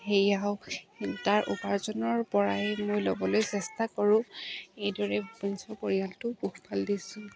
সেয়াও তাৰ উপাৰ্জনৰপৰাই মই ল'বলৈ চেষ্টা কৰোঁ এইদৰে নিজৰ পৰিয়ালটো পোহপাল দিছোঁ